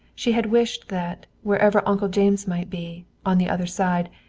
she had wished that, wherever uncle james might be, on the other side,